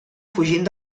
fugint